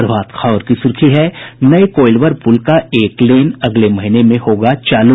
प्रभात खबर की सुर्खी है नये कोइलवर पुल का एक लेन अगले महीने में होगा चालू